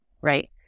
right